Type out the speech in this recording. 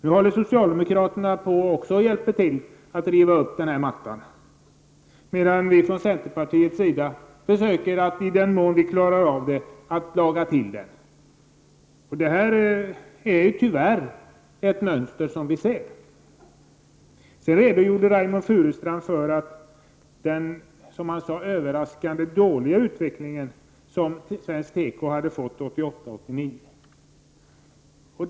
Nu hjälper socialdemokraterna också till att riva upp mattan, medan vi från centerpartiets sida försöker, i den mån vi klarar av det, att laga till den. Det här är tyvärr ett mönster som vi ser. Sedan redogjorde Reynoldh Furustrand för den, som han sade, överraskande dåliga utveckling som svensk teko hade fått 1988 och 1989.